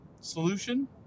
solution